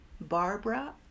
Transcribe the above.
Barbara